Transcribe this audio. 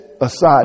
aside